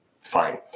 Fine